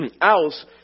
else